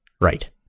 Right